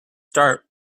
start